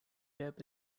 depp